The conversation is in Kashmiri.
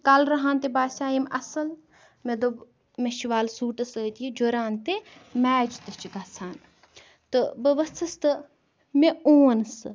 کَلرٕہان تہِ باسییٚیِم اصل مےٚ دوپ چھُ وَلہٕ سوٹَس سۭتۍ یہِ جُران تہِ میچ تہِ چھُ گَژھان تہٕ بہٕ ؤژھٕس تہٕ مے اوٚن سُہ